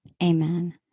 Amen